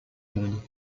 monde